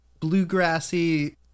bluegrassy